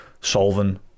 solving